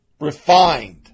Refined